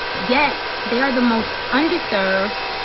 yet they are the most underserved,